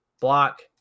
Block